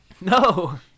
no